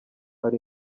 ari